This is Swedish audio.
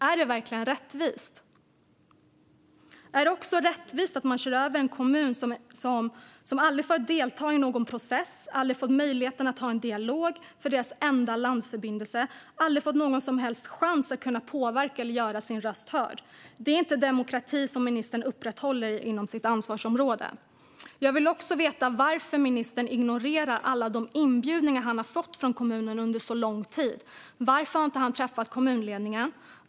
Är detta verkligen rättvist? Är det rättvist att man kör över en kommun som aldrig har fått delta i någon process eller haft möjligheten att ha en dialog om sin enda landförbindelse? Man har aldrig haft någon som helst chans att påverka eller göra sin röst hörd. Det är inte demokrati som ministern upprätthåller inom sitt eget ansvarsområde. Jag vill också veta varför ministern ignorerar alla de inbjudningar han har fått från kommunen under så lång tid. Varför har han inte träffat kommunledningen?